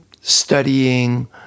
studying